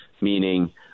meaning